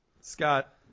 Scott